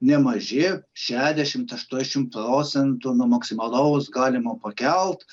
nemaži šešiasdešimt aštuoniasdešimt procentų nuo maksimalaus galimo pakelt